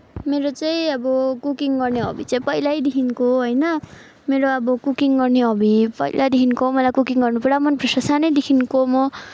मेरो चाहिँ अब कुकिङ गर्ने हबी चाहिँ पहिल्यैदेखिको हो होइन मेरो अब कुकिङ गर्ने हबी पहिलादेखिको मलाई कुकिङ गर्नु पुरा मनपर्छ सानैदेखिको म